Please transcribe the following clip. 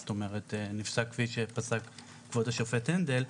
זאת אומרת נפסק כפי שפסק כבוד השופט הנדל,